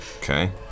Okay